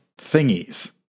thingies